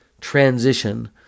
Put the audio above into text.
transition